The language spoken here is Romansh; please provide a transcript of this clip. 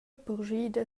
purschida